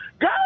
Go